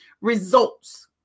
results